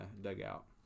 dugout